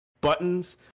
buttons